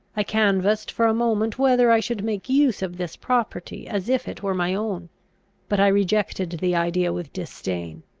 i canvassed for a moment whether i should make use of this property as if it were my own but i rejected the idea with disdain.